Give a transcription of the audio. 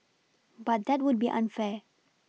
but that would be unfair